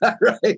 right